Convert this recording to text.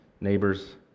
neighbors